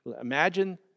Imagine